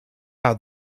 out